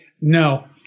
No